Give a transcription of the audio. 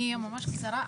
אני ממש בקצרה,